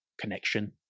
connection